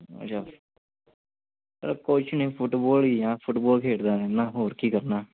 ਅੱਛਾ ਕੁਛ ਨਹੀਂ ਫੁੱਟਬੋਲ ਹੀ ਆ ਫੁੱਟਬੋਲ ਖੇਡਦਾ ਰਹਿੰਦਾ ਹੋਰ ਕੀ ਕਰਨਾ